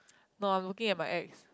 no I'm looking at my ex